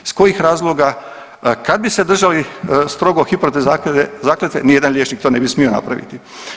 Iz kojih razloga, kad bi se držali strogo ... zakletve nijedan liječnik to ne bi smio napraviti.